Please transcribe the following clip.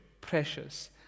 precious